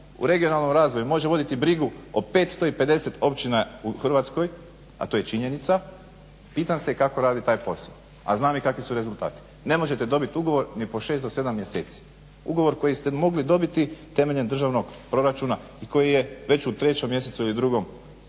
u regionalnom razvoju može voditi brigo o 550 općina u Hrvatskoj, a to je činjenica pitam se kako radi taj posao? A znam i kakvi su rezultati, ne možete dobiti ugovor ni po 6 do 7 mjeseci. Ugovor koji ste mogli dobiti temeljem državnog proračuna i koji je već u 3 mjesecu ili u